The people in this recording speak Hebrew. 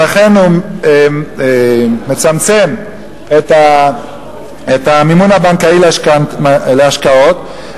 לכן הוא מצמצם את המימון הבנקאי להשקעות.